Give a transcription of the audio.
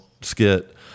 skit